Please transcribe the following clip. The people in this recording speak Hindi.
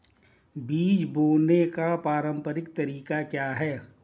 बीज बोने का पारंपरिक तरीका क्या है?